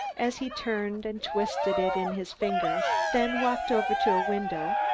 as he turned and twisted it in his fingers, then walked over to a window,